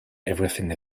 everything